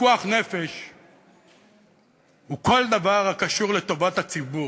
פיקוח נפש הוא כל דבר הקשור לטובת הציבור,